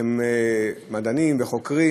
הם מדענים וחוקרים,